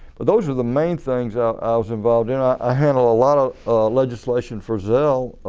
but those were the main things ah i was involved in. i handled a lot of legislation for zell.